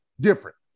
different